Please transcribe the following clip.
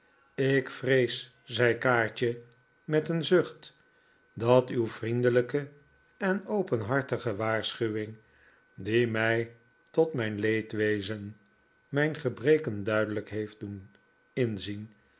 ik vrees zei kaatje met een zucht dat uw vriendelijke en openhartige waarschuwing die mij tot mijn leedwezen mijn gebreken duidelijk heeft doen inzien